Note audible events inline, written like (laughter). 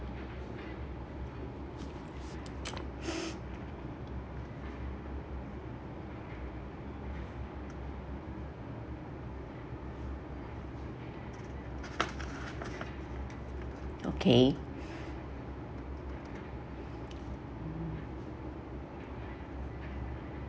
(breath) okay